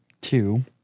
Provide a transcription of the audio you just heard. Two